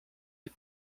les